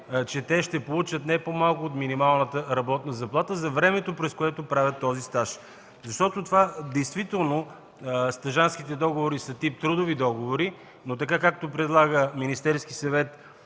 че те ще получат не по-малко от минималната работна заплата за времето, през което правят този стаж. Действително стажантските договори са тип трудови договори, но така както предлага Министерският съвет